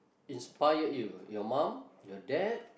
inspired you your mum your dad